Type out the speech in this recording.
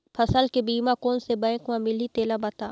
फसल के बीमा कोन से बैंक म मिलही तेला बता?